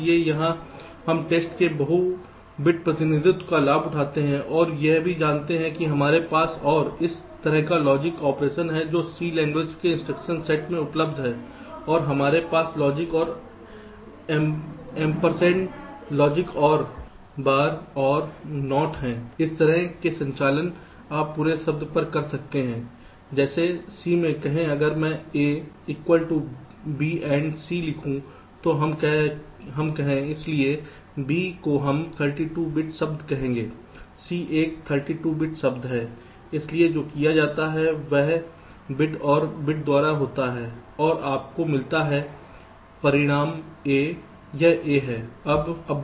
इसलिए यहां हम डेटा के बहु बिट प्रतिनिधित्व का लाभ उठाते हैं और यह भी जानते हैं कि हमारे पास और इस तरह का लॉजिकल ऑपरेशन है जो C लैंग्वेज के इंस्ट्रक्शन सेट में उपलब्ध हैं और हमारे पास लॉजिकल और ampersand logical OR bar OR NOT है इस तरह के संचालन आप पूरे शब्द पर कर सकते हैं जैसे C में कहें अगर मैंa equal to b and c लिखूं तो हम कहें इसलिए b को हम 32 बिट शब्द कहेंगे c एक 32 बिट शब्द है इसलिए जो किया जाता है वह बिट और बिट द्वारा होता है और आपको मिलता है परिणाम A यह A है